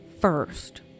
first